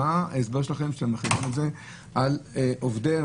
אבל מה ההסבר שלכם שאתם מחילים את זה על עובדי או